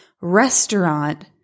restaurant